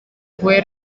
fue